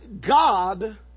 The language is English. God